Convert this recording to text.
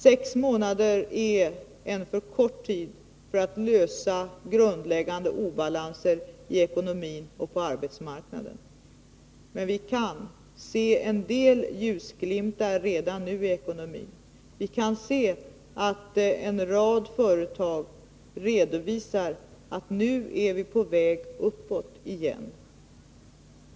Sex månader är för kort tid för att rätta till grundläggande obalanser i ekonomin och på arbetsmarknaden. Men vi kan redan nu se en del ljusglimtar i ekonomin. En rad företag redovisar att de är på väg uppåt igen.